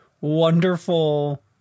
wonderful